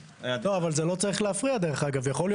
לא, אבל זה לא צריך להפריע, דרך